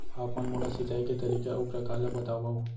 आप मन मोला सिंचाई के तरीका अऊ प्रकार ल बतावव?